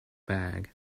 bag